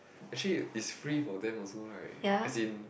actually it's free for them also right as in